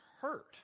hurt